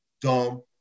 dumb